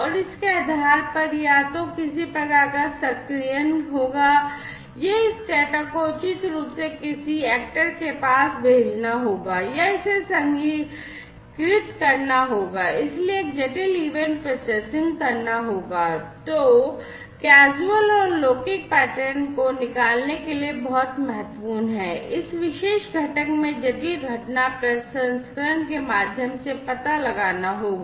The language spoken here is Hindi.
और इसके आधार पर या तो किसी प्रकार का सक्रियण होगा या इस डेटा को उचित रूप से किसी अभिनेता और लौकिक पैटर्न को निकालने के लिए बहुत महत्वपूर्ण है इस विशेष घटक में जटिल घटना प्रसंस्करण के माध्यम से पता लगाना होगा